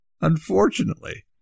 Unfortunately